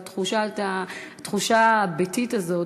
התחושה הביתית הזאת,